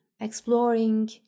exploring